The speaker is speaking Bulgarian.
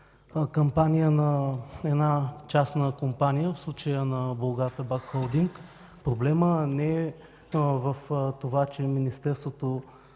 една частна компания, в случая на „Булгартабак холдинг”. Проблемът не е в това, че Министерството